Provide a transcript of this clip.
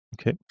okay